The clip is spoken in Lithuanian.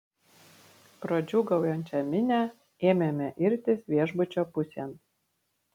pro džiūgaujančią minią ėmėme irtis viešbučio pusėn